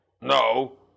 No